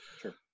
Sure